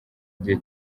igihe